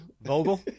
Vogel